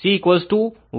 B0 C क्या है